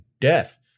death